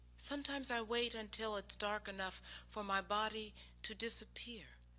sometimes i wait until it's dark enough for my body to disappear,